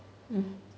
mm